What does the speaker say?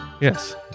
yes